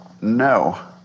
no